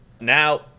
now